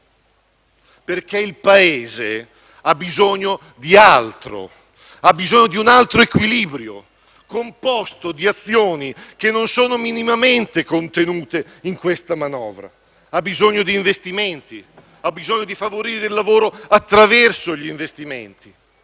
Perché il Paese ha bisogno di altro, ha bisogno di un altro equilibrio composto di azioni che non sono minimamente contenute in questa manovra. Il Paese ha bisogno di investimenti, di favorire il lavoro attraverso gli investimenti,